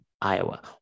Iowa